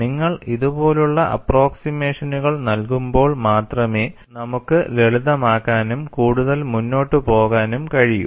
നിങ്ങൾ ഇതുപോലുള്ള അപ്പ്രോക്സിമേഷനുകൾ നൽകുമ്പോൾ മാത്രമേ നമുക്ക് ലളിതമാക്കാനും കൂടുതൽ മുന്നോട്ട് പോകാനും കഴിയൂ